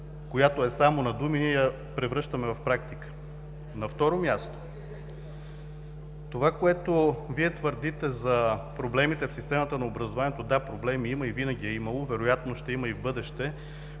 която е само на думи, ние я превръщаме в практика. На второ място, това, което Вие твърдите за проблемите в системата на образованието – да, проблеми има и винаги е имало, вероятно ще има и в бъдеще,